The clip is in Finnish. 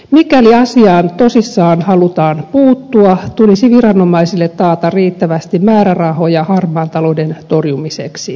mikäli asiaan tosissaan halutaan puuttua tulisi viranomaisille taata riittävästi määrärahoja harmaan talouden torjumiseen